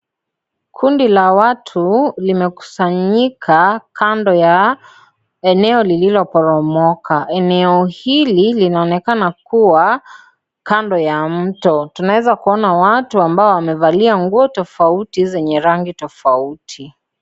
Kundi la watu limekusanyika kando ya eneo lililoporomoka. Eneo hili linaonekana kuwa kando ya mto, tunaweza kuona watu ambao wamevalia nguo tofauti zenye rangi tofauti.